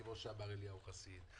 כפי שאמר אליהו חסיד,